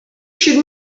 should